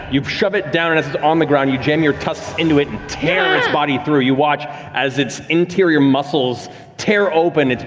you shove it down and as it's on the ground, you jam your tusks into it and tear its body through. you watch as its interior muscles tear open,